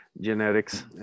genetics